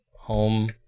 home